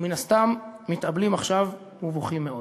ומן הסתם מתאבלים עכשיו ובוכים מאוד.